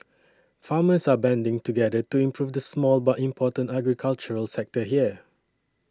farmers are banding together to improve the small but important agricultural sector here